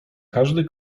każdy